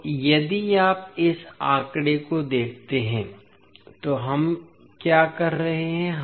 इसलिए यदि आप इस आंकड़े को देखते हैं तो हम क्या कर रहे हैं